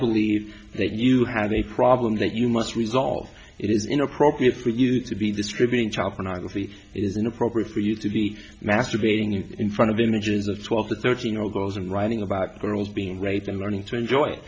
believe that you have a problem that you must resolve it is inappropriate for you to be distributing child pornography it is inappropriate for you to be masturbating in front of images of twelve or thirteen or girls and writing about girls being raped and learning to enjoy